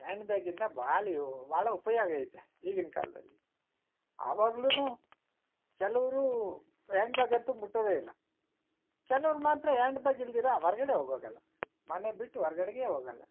hand ಬ್ಯಾಗಿಂದ ಬಾಳಿಯೂ ಭಾಳ ಉಪಯೋಗ ಐತೆ ಈಗಿನ ಕಾಲದಲ್ಲಿ ಆವಾಗ್ಲೂ ಕೆಲವರು ಆ್ಯಂಡ್ ಬ್ಯಾಗ್ ಅಂತೂ ಮುಟ್ಟೋದೇ ಇಲ್ಲ ಕೆಲವ್ರು ಮಾತ್ರ ಆ್ಯಂಡ್ ಬ್ಯಾಗ್ ಇಲ್ದಿರ ಹೊರ್ಗಡೆ ಹೋಗಲ್ಲ ಮನೆ ಬಿಟ್ಟು ಹೊರ್ಗಡೆಗೇ ಹೋಗಲ್ಲ